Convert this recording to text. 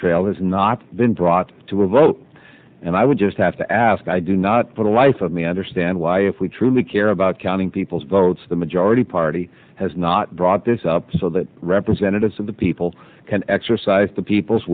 trail has not been brought to a vote and i would just have to ask i do not for the life of me understand why if we truly care about counting people's votes the majority party has not brought this up so that representatives of the people can exercise the people's